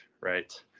right